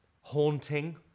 Haunting